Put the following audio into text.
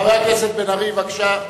חבר הכנסת בן-ארי, בבקשה.